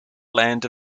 land